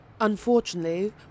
Unfortunately